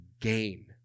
gain